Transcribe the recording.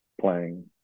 playing